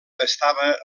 estava